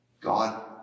God